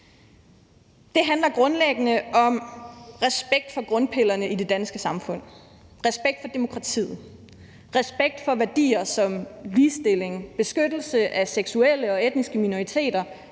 Det handler grundlæggende om respekt for grundpillerne i det danske samfund, respekt for demokratiet, respekt for værdier som ligestilling, beskyttelse af seksuelle og etniske minoriteter,